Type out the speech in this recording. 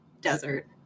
desert